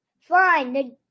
Fine